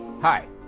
Hi